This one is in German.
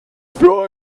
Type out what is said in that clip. für